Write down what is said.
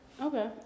Okay